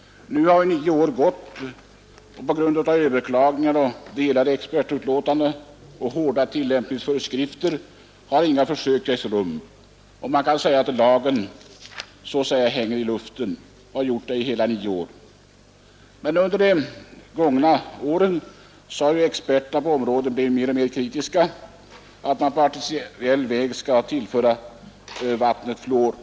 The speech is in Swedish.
Nu har nio år gått, och på grund av överklaganden och oeniga expertutlåtanden liksom till följd av hårda tillämpningsföreskrifter har inga försök ägt rum. Man kan säga att lagen under alla dessa nio år har hängt i luften. Men under de gångna åren har experterna på området blivit mer och mer kritiska mot att på artificiell väg tillföra vattnet fluor.